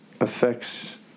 affects